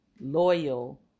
loyal